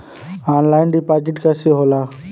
Online deposit कैसे होला?